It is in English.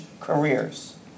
careers